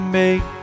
make